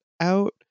out